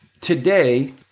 today